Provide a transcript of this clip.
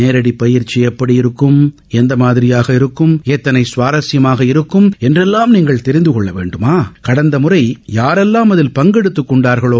நேரடி பயிற்சி எப்படி இருக்கும் எந்தமாதிரியாக இருக்கும் எத்தளை சுவாரசியமாக இருக்கும் என்றெல்லாம் நீங்கள் தெரிந்து கொள்ள வேண்டுமா கடந்த முறை யாரெல்லாம் இதில் பங்கெடுத்துக் கொண்டார்களோ